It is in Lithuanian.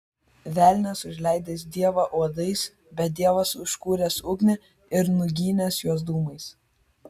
velnias užleidęs dievą uodais bet dievas užkūręs ugnį ir nuginęs juos dūmais